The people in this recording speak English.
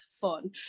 fun